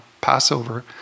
Passover